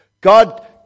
God